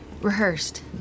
rehearsed